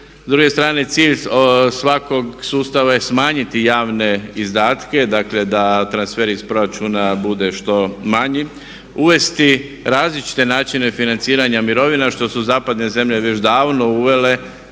S druge strane cilj svakog sustava je smanjiti javne izdatke, dakle da transfer iz proračuna bude što manji. Uvesti različite načine financiranja mirovina što su zapadne zemlje već davno uvele